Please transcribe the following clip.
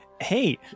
Hey